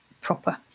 proper